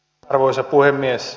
arvoisa puhemies